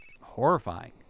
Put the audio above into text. horrifying